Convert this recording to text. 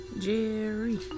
Jerry